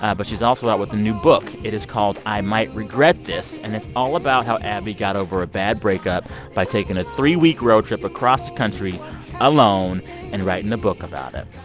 but she's also out with a new book. it is called i might regret this, and it's all about how abbi got over a bad breakup by taking a three-week road trip across the country alone and writing a book about it.